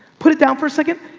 put it down for a second.